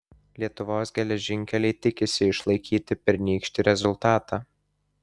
lietuvos geležinkeliai tikisi išlaikyti pernykštį rezultatą